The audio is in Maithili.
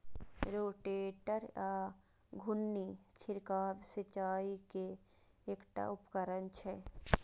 रोटेटर या घुर्णी छिड़काव सिंचाइ के एकटा उपकरण छियै